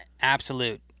absolute